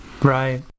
right